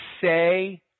say